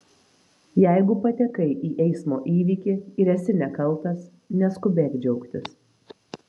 jeigu patekai į eismo įvykį ir esi nekaltas neskubėk džiaugtis